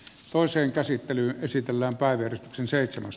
toiseen käsittelyyn esitellään päiviä sen seitsemäs